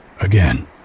again